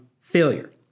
failure